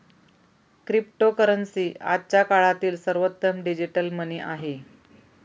cryptocurrency आजच्या काळातील सर्वोत्तम डिजिटल मनी आहे